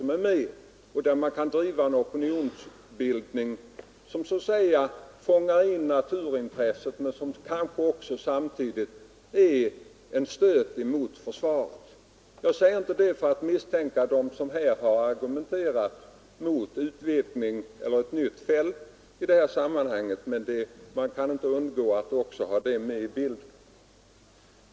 Man kan då försöka bilda en opinion som fångar in naturintresset men som samtidigt är en stöt mot försvaret. Jag säger inte detta för att misstänkliggöra dem som här har argumenterat mot en utvidgning av skjutfält eller mot ett nytt skjutfält, men man kan inte undgå att också ha det med i bedömningen.